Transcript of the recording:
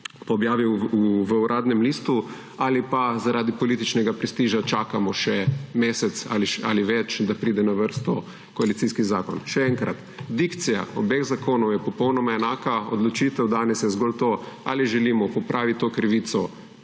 po objavi v Uradnem listu − ali pa zaradi političnega prestiža čakamo še mesec ali več, da pride na vrsto koalicijski zakon. Še enkrat, dikcija obeh zakonov je popolnoma enaka. Odločitev danes je zgolj to, ali želimo popravit to krivico